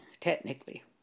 technically